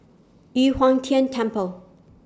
Yu Huang Tian Temple